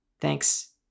Thanks